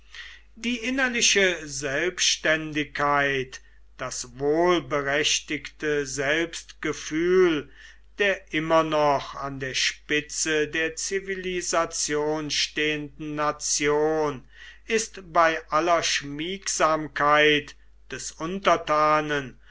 die innerliche selbständigkeit das wohlberechtigte selbstgefühl der immer noch an der spitze der zivilisation stehenden nation ist bei aller schmiegsamkeit des